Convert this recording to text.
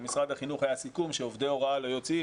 עם משרד החינוך היה סיכום שעובדי הוראה לא יוצאים,